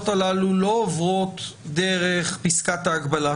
הללו לא עוברות דרך פסקת ההגבלה,